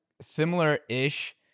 similar-ish